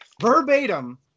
Verbatim